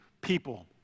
people